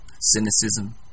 cynicism